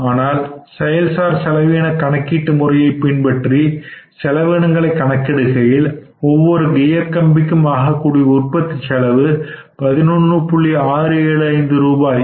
ஆனால் செயல் சார் செலவின கணக்கீட்டு முறையை பின்பற்றி செலவினங்களை கணக்கிடுகையில் ஒவ்வொரு கியர் கம்பிக்கும் ஆகக்கூடிய உற்பத்தி செலவு ரூபாய் 11